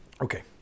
Okay